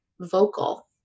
vocal